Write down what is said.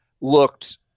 looked